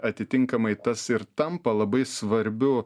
atitinkamai tas ir tampa labai svarbiu